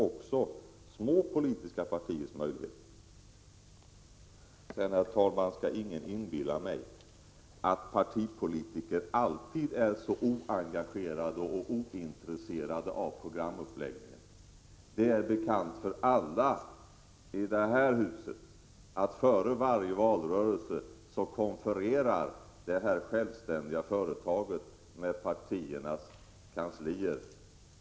Ingen skall inbilla mig, herr talman, att partipolitiker alltid är så oengagerade och ointresserade av programuppläggningen. Det är bekant för alla i detta hus att dessa självständiga företag före varje valrörelse konfererar med partiernas kanslier.